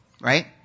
right